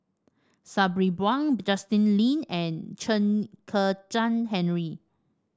Sabri Buang Justin Lean and Chen Kezhan Henri